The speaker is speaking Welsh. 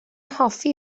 hoffi